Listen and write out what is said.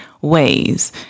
ways